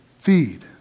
feed